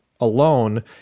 alone